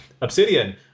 Obsidian